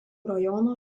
rajono